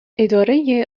اداره